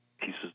pieces